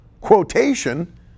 quotation